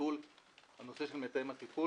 ביטול הנושא של מתאם הטיפול.